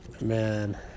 man